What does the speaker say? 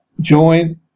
join